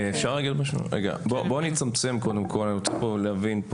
אני רוצה להבין.